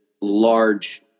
large